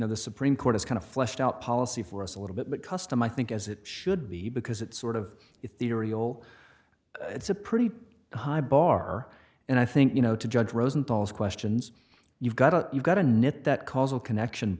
disjunction now the supreme court has kind of fleshed out policy for us a little bit but custom i think as it should be because it's sort of if the whole it's a pretty high bar and i think you know to judge rosenthal's questions you've got to you've got to knit that causal connection